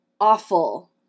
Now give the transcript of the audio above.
awful